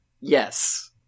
Yes